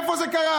איפה זה קרה?